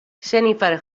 jennifer